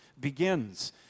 begins